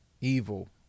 evil